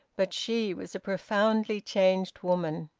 but she was a profoundly changed woman.